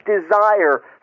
desire